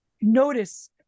notice